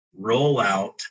rollout